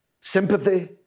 sympathy